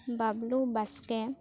Bablu Baske